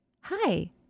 Hi